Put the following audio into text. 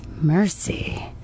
mercy